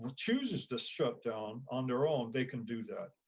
but chooses to shut down on their own, they can do that.